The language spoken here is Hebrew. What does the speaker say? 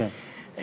כן.